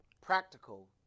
practical